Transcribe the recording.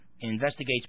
investigates